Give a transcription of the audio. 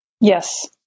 Yes